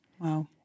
Wow